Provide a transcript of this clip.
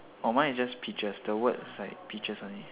oh mine is just peaches the word is like peaches only